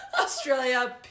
Australia